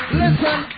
listen